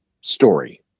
story